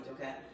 okay